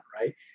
Right